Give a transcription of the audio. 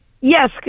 Yes